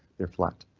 they're flat.